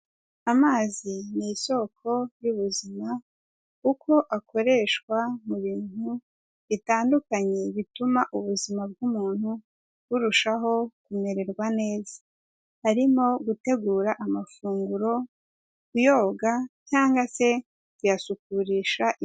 Amazi ni isoko y'ubuzima, kuko akoreshwa mu bintu bitandukanye bituma ubuzima bw'umuntu burushaho kumererwa neza, arimo gutegura amafunguro, kuyoga, cyangwa se byasukurisha.